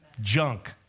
junk